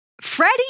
Freddie